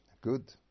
Good